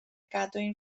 gadwyn